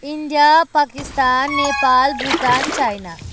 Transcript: India Pakistan Nepal Bhutan China